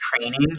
training